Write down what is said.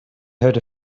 heard